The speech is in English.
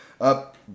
up